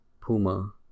Puma